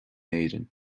éirinn